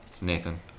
Nathan